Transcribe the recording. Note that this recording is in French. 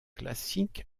classique